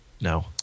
No